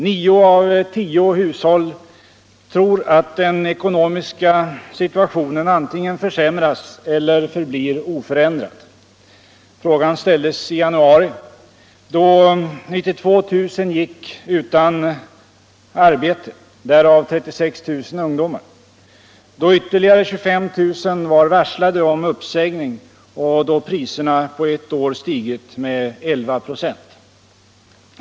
Nio av tio hushåll tror att den ekonomiska situationen antingen försämras eller förblir oförändrad. Frågan ställdes i januari, då 92 000 gick utan arbete, därav 36 000 ungdomar, då ytterligare 25 000 var varslade om uppsägning och då priserna på ett år stigit med 11 "+.